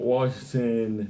Washington